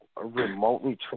remotely